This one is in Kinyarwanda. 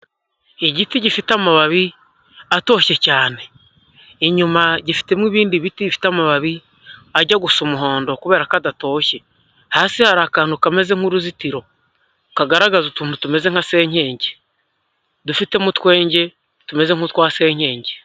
Igiti gifite amababi atoshye cyane, inyuma gifitemo ibindi biti bifite amababi ajya gusa umuhondo kubera ko adatoshye, hasi hari akantu kameze nk'uruzitiro kagaragaza utuntu tumeze nka senyenge, dufitemo utwenge tumeze nk'utwasenyenge.